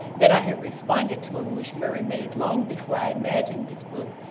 that i had responded to a wish murray made long before i imagined this book,